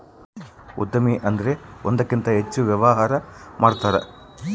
ಉದ್ಯಮಿ ಅಂದ್ರೆ ಒಂದಕ್ಕಿಂತ ಹೆಚ್ಚು ವ್ಯವಹಾರ ಮಾಡ್ತಾರ